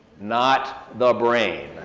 not the brain.